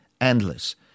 endless